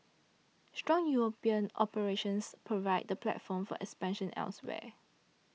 strong European operations provide the platform for expansion elsewhere